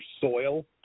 soil